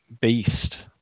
beast